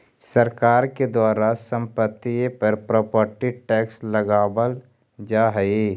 सरकार के द्वारा संपत्तिय पर प्रॉपर्टी टैक्स लगावल जा हई